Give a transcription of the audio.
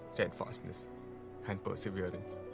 steadfastness and perseverance.